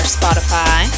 Spotify